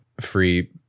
free